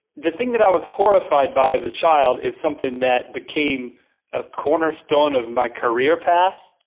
the thing that i was horrified by as a child is something that became a cornerstone of my career path.